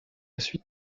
suite